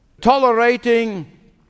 Tolerating